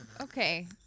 Okay